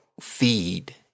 feed